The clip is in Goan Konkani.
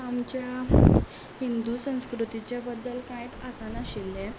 आमच्या हिंदू संस्कृतीच्या बद्दल कांय आसनाशिल्लें